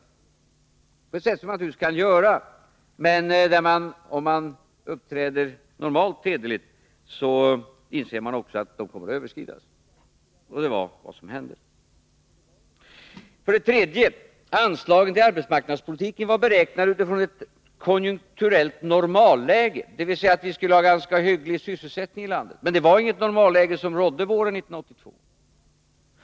Det är ett sätt som man naturligtvis kan använda, men om man uppträder normalt hederligt inser man också att anslagen kommer att överskridas, och det var vad som hände. För det tredje var anslagen till arbetsmarknadspolitiken beräknade utifrån ett konjunkturellt normalläge, dvs. att vi skulle ha en ganska hygglig sysselsättning i landet. Men det var inget normalläge våren 1982.